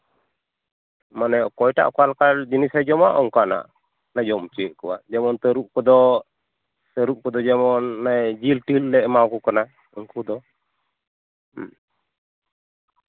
ᱢᱟᱱᱮ ᱚᱠᱚᱭᱴᱟᱜ ᱚᱠᱟᱞᱮᱠᱟᱱ ᱡᱤᱱᱤᱥᱮ ᱡᱚᱢᱟ ᱚᱱᱠᱟᱱᱟᱜ ᱞᱮ ᱡᱚᱢ ᱚᱪᱚᱭᱮᱫ ᱠᱚᱣᱟ ᱡᱮᱢᱚᱱ ᱛᱟᱹᱨᱩᱵ ᱠᱚᱫᱚ ᱛᱟᱹᱨᱩᱵ ᱠᱚᱫᱚ ᱡᱮᱢᱚᱱ ᱚᱱᱟ ᱡᱤᱞᱼᱴᱤᱞ ᱞᱮ ᱮᱢᱟᱣᱟᱠᱚ ᱠᱟᱱᱟ ᱩᱱᱠᱩ ᱫᱚ ᱦᱮᱸ